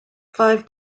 five